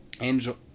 Angel